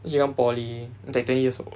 then she come poly that then like twenty years old